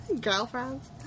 Girlfriends